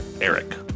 Eric